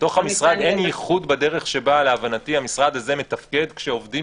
בתוך המשרד אין ייחוד בדרך שבה להבנתי המשרד הזה מתפקד כשעובדים